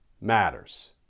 matters